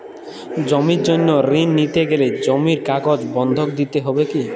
জমির জন্য ঋন নিতে গেলে জমির কাগজ বন্ধক দিতে হবে কি?